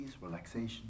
relaxation